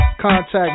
Contact